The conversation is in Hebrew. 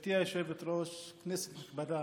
גברתי היושבת-ראש, כנסת נכבדה,